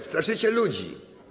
straszycie ludzi.